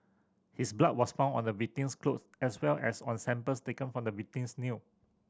his blood was found on the victim's clothes as well as on samples taken from the victim's nail